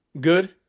good